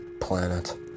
planet